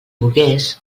volgués